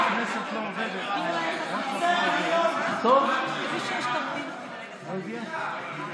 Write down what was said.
אנחנו היינו שמחים, יוליה,